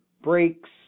breaks